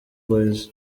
boyz